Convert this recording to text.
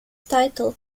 title